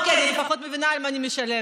אוקיי, לפחות אני מבינה על מה אני משלמת.